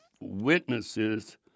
witnesses